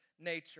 nature